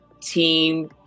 team